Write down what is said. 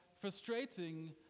frustrating